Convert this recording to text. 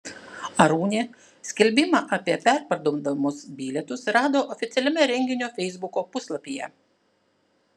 arūnė skelbimą apie perparduodamus bilietus rado oficialiame renginio feisbuko puslapyje